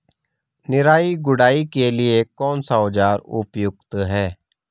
निराई गुड़ाई के लिए कौन सा औज़ार उपयुक्त है?